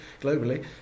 globally